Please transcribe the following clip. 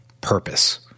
purpose